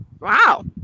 Wow